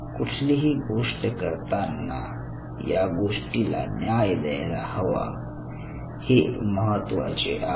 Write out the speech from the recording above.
कुठलीही गोष्ट करताना या गोष्टीला न्याय द्यायला हवा हे महत्त्वाचे आहे